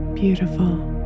Beautiful